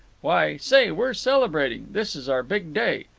why, say, we're celebrating. this is our big day.